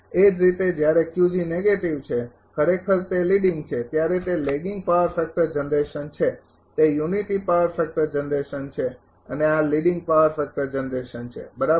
એ જ રીતે જ્યારે નેગેટિવ છે ખરેખર તે લીડિંગ છે ત્યારે તે લેગિંગ પાવર ફેક્ટર જનરેશન છે તે યુનિટી પાવર ફેક્ટર જનરેશન છે અને આ લીડિંગ પાવર ફેક્ટર જનરેશન છે બરાબર